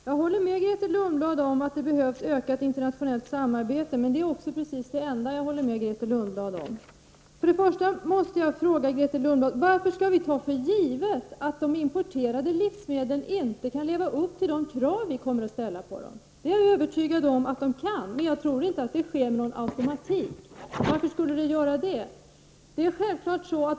Herr talman! Jag håller med Grethe Lundblad om att det behövs ett ökat internationellt samarbete, men det är också det enda som jag håller med Varför skall vi ta för givet att de importerade livsmedlen inte kan leva upp till de krav som vi kommer att ställa på dem? Jag är övertygad om att de kan leva upp till våra krav, men jag tror inte att det sker med automatik. Varför skulle det göra det?